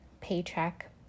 paycheck